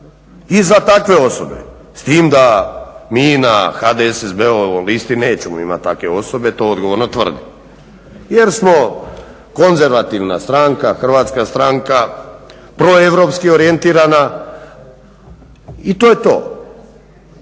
i za takve osobe, s tim da mi na HDSSB-ovoj listi nećemo imati takve osobe, to odgovorno tvrdim, jer smo konzervativna stranka, hrvatska stranka proeuropski orijentirana, i to je to.